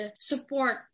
support